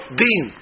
din